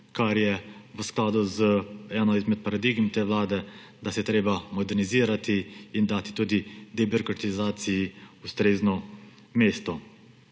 kar je v skladu z eno izmed paradigem te vlade, da se je treba modernizirati in dati tudi debirokratizaciji ustrezno mesto.